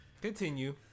Continue